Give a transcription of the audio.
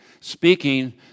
speaking